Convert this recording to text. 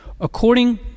According